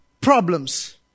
problems